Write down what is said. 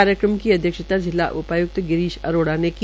कार्यक्रम की अध्यक्षता जिला उपायुक्त गिरीश अरोड़ा ने की